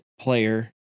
player